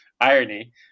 Irony